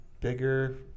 bigger